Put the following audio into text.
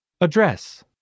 Address